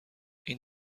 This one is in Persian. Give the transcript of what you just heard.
این